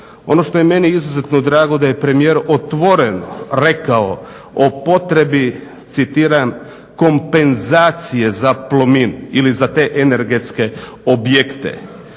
Ono što je meni izuzetno drago da je premijer otvoreno rekao o potrebi, citiram "Kompenzacije za Plomin ili za te energetske objekte".